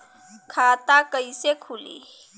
खाता कइसे खुली?